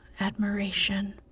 admiration